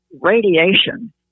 radiation